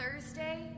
Thursday